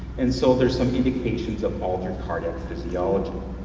and so there's some indications of altered cardiac physiology.